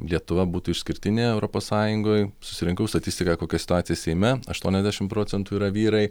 lietuva būtų išskirtinė europos sąjungoj susirinkau statistiką kokia situacija seime aštuoniasdešimt procentų yra vyrai